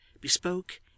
bespoke